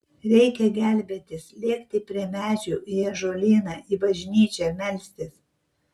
reikia gelbėtis lėkti prie medžių į ąžuolyną į bažnyčią melstis